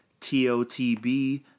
TOTB